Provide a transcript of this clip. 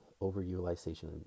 over-utilization